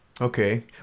Okay